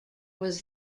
was